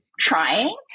Trying